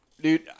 dude